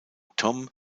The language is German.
tom